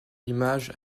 image